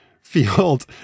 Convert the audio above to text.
field